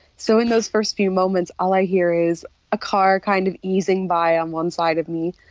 so, in those first few moments all i hear is a car kind of easing by on one side of me,